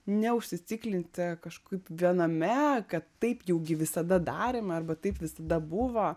neužsiciklinti kažkaip viename kad taip jau gi visada darėm arba taip visada buvo